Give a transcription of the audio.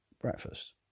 breakfast